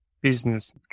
business